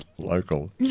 Local